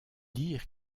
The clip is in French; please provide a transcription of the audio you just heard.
dire